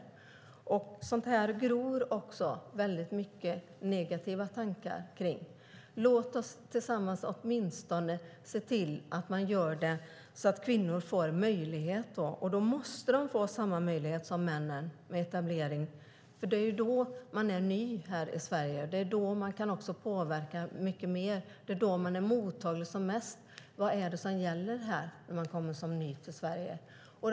Kring sådant här gror också många negativa tankar. Låt oss tillsammans åtminstone se till att kvinnor får möjligheter. Då måste de få samma möjligheter som männen till etablering. Det är när man är ny i Sverige som man kan påverka mycket mer. Det är då man är som mest mottaglig för vad som gäller här.